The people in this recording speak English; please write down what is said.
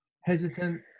hesitant